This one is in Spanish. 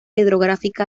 hidrográfica